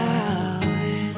out